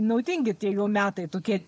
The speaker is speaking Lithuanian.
naudingi tie jau metai tokie